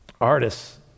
Artists